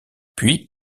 puis